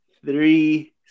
three